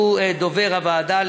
שהוא דובר הוועדה.